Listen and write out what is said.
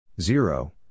zero